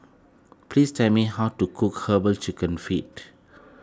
please tell me how to cook Herbal Chicken Feet